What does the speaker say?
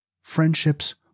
friendships